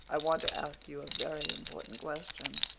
i want to ask you a very important question.